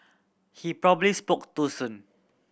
he probably spoke too soon